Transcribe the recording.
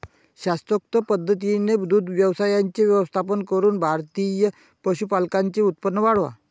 शास्त्रोक्त पद्धतीने दुग्ध व्यवसायाचे व्यवस्थापन करून भारतीय पशुपालकांचे उत्पन्न वाढवा